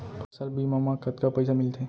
फसल बीमा म कतका पइसा मिलथे?